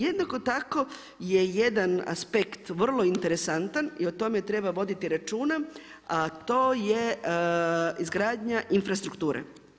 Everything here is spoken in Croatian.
Jednako tako je jedan aspekt, vrlo interesantan i o tome treba voditi računa, a to je izgradnja infrastrukture.